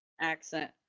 accent